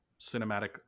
cinematic